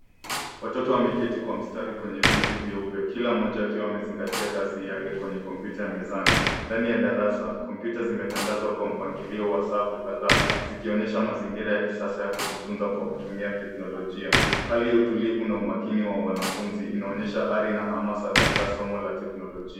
Watoto wameketi kwa mstari kwenye viti vyeupe. Kila mmoja akiwa amezingatia kazi yake kwenye kompyuta ya mezani. Ndani ya darasa kompyuta zimetandazwa kwa mpangilio wa safu kadhaa zikionyesha mazingira ya kisasa ya kujifunza kwa kutumia teknolojia. Hali ya utulivu na umakini wa wanafunzi inaonyesha ari na hamasa katika somo la teknolojia.